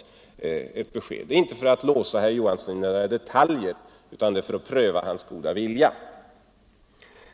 Denna fråga ställer jag alltså inte för att låsa herr Johansson i några detaljer utan för att pröva hans goda vilja.